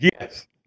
Yes